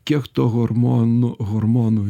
kiek to hormonų hormonų